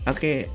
Okay